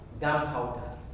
gunpowder